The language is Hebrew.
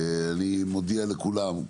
אני מודיע לכולם,